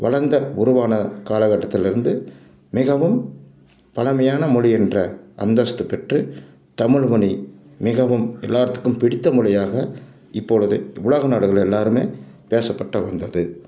வளர்ந்த உருவான காலகட்டத்தில் இருந்து மிகவும் பழமையான மொழி என்ற அந்தஸ்து பெற்று தமிழ்மொழி மிகவும் எல்லார்த்துக்கும் பிடித்த மொழியாக இப்பொழுது உலக நாடுகள் எல்லோருமே பேசப்பட்டு வந்தது